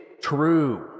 true